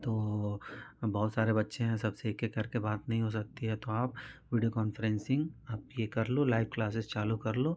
तो बहुत सारे बच्चे हैं सबसे एक एक करके बात नहीं हो सकती है तो आप वीडियो कॉन्फ्रेंसिंग आप यह कर लो लाइव क्लासेस चालू कर लो